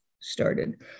started